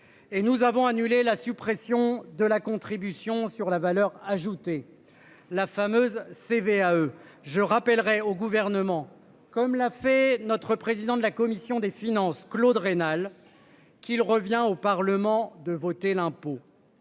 Et nous avons annulé la suppression de la contribution sur la valeur ajoutée. La fameuse CVAE je rappellerai au gouvernement comme l'a fait notre président de la commission des finances Claude Raynal qu'il revient au Parlement de voter l'impôt.